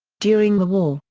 during the war,